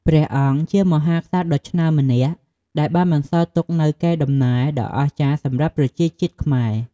ព្រះអង្គជាមហាក្សត្រដ៏ឆ្នើមម្នាក់ ដែលបានបន្សល់ទុកនូវកេរដំណែលដ៏អស្ចារ្យសម្រាប់ប្រជាជាតិខ្មែរ។